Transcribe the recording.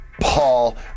Paul